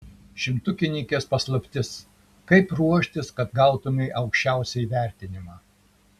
šimtukininkės paslaptis kaip ruoštis kad gautumei aukščiausią įvertinimą